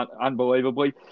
unbelievably